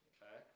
Okay